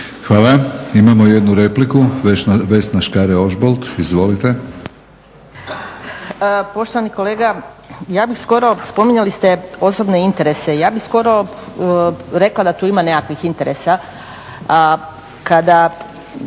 (HNS)** Imamo jednu repliku, Vesna Škare-Ožbolt. Izvolite.